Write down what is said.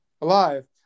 alive